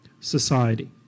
society